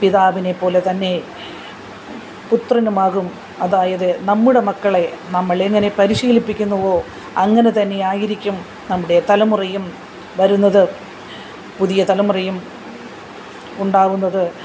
പിതാവിനെ പോലെ തന്നെ പുത്രനുമാകും അതായത് നമ്മുടെ മക്കളെ നമ്മൾ എങ്ങനെ പരിശീലിപ്പിക്കുന്നുവോ അങ്ങനെ തന്നെ ആയിരിക്കും നമ്മുടെ തലമുറയും വരുന്നത് പുതിയ തലമുറയും ഉണ്ടാവുന്നത്